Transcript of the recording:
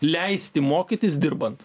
leisti mokytis dirbant